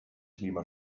klima